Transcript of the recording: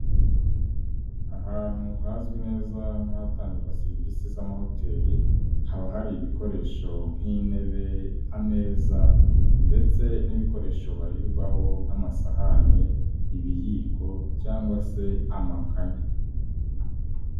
Ahantu hazwi neza nk'ahatangirwa serivisi z'amahoteli, haba hari ibikoresho nk'intebe, ameza ndetse n'ibikoresho birirwaho nk'amasahane, ibiyiko cyangwa se amakanya.